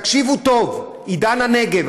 תקשיבו טוב: עידן הנגב,